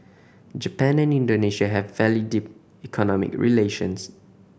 Japan and Indonesia have fairly deep economic relations